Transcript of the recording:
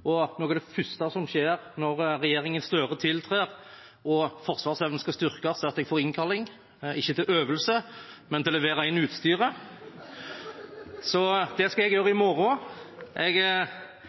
og noe av det første som skjer når regjeringen Støre tiltrer og forsvarsevnen skal styrkes, er at jeg får innkalling – ikke til øvelse, men til å levere inn utstyret. Så det skal jeg gjøre i morgen. Jeg